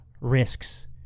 risks